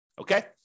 Okay